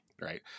right